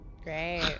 Great